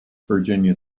virginia